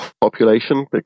population